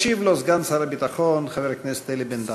ישיב לו סגן שר הביטחון חבר הכנסת אלי בן-דהן.